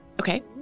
Okay